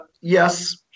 Yes